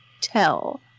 tell